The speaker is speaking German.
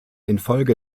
infolge